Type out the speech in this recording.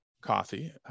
coffee